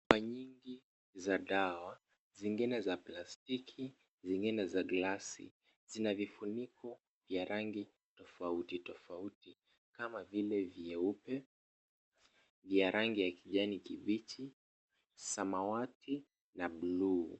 Chupa nyingi za dawa. Zingine za plastiki zingine za glasi. Zina vfuniko ya rangi tofauti tofauti kama vile vyeupe , vya rangi ya kijani kibichi , samawati na bluu.